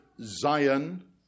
Zion